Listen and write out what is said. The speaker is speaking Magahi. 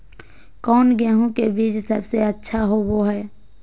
कौन गेंहू के बीज सबेसे अच्छा होबो हाय?